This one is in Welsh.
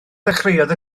ddechreuodd